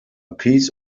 piece